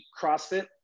CrossFit